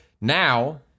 Now